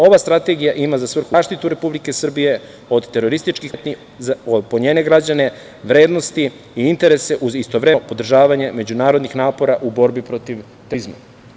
Ova strategija ima za svrhu zaštitu Republike Srbije od terorističkih pretnji po njene građane, vrednosti i interese uz istovremeno podržavanje međunarodnih napora u borbi protiv terorizma.